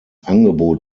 angebot